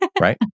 right